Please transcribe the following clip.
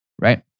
Right